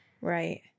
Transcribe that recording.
Right